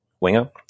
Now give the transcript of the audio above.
winger